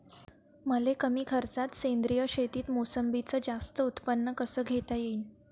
मले कमी खर्चात सेंद्रीय शेतीत मोसंबीचं जास्त उत्पन्न कस घेता येईन?